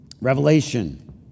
Revelation